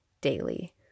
daily